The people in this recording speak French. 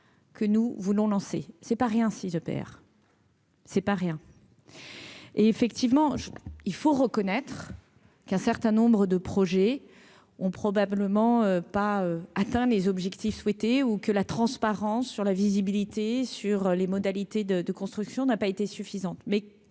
que nous voulons lancer c'est pas rien si je perds. C'est pas rien, et effectivement, il faut reconnaître qu'un certain nombre de projets ont probablement pas. Atteint les objectifs souhaités ou que la transparence sur la visibilité sur les modalités de de construction n'a pas été suffisante